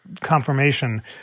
confirmation